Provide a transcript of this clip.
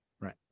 right